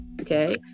Okay